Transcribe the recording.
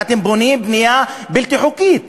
אתם בונים בנייה בלתי חוקית,